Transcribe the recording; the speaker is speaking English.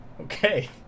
Okay